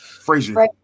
Frazier